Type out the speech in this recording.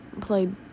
played